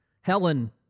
Helen